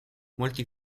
molti